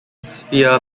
spear